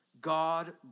God